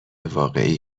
واقعی